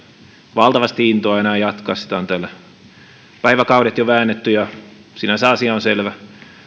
valtavasti intoa enää jatkaa sitä on täällä päiväkaudet jo väännetty ja sinänsä asia on selvä